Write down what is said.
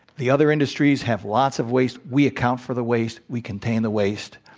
the other industries have lots of waste. we account for the waste. we contain the waste.